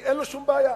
כי אין לו שום בעיה.